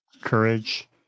courage